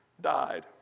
died